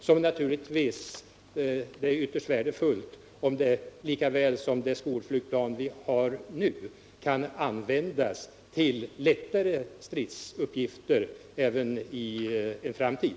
Det är naturligtvis ytterst värdefullt om flygplanet, lika väl som det skolflygplan vi har nu, kan användas till lättare stridsuppgifter även i en framtid.